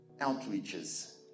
outreaches